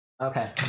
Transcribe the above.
Okay